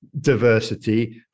diversity